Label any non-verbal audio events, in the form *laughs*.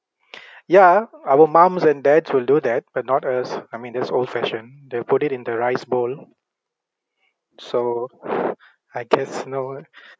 *noise* ya our mums and dads will do that but not us I mean that's old fashion they'll put it in the rice bowl so *laughs* I guess no